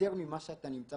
יותר ממה שאתה נמצא